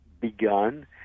begun